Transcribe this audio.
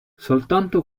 soltanto